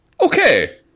okay